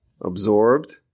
absorbed